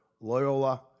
Loyola